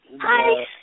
Hi